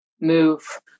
move